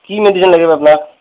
কি মেডিচিন বা লাগে আপোনাক